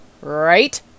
right